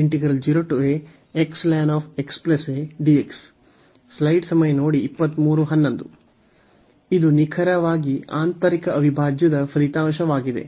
ಆದ್ದರಿಂದ ಇದು ನಿಖರವಾಗಿ ಆಂತರಿಕ ಅವಿಭಾಜ್ಯದ ಫಲಿತಾಂಶವಾಗಿದೆ